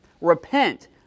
Repent